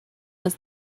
was